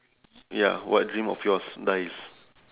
ya what dream of yours dies